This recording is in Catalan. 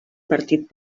partit